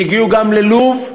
והגיעו גם ללוב,